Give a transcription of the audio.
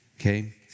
okay